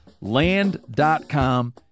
Land.com